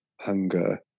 hunger